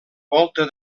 volta